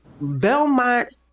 Belmont